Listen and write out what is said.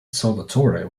salvatore